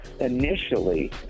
Initially